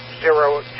zero